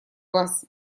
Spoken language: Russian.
вас